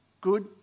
good